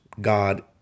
God